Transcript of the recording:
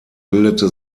bildete